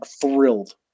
thrilled